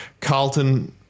Carlton